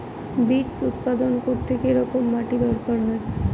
Beets উৎপাদন করতে কেরম মাটির দরকার হয়?